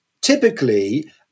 typically